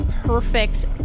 perfect